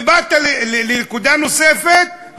ובאת לנקודה נוספת,